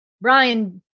Brian